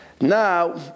Now